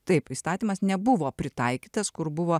taip įstatymas nebuvo pritaikytas kur buvo